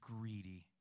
greedy